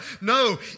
No